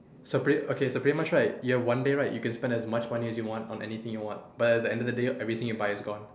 so pretty okay so pretty much right you have one day right you can spend as much money as you want on anything you want but at the end of the day all the things you buy is gone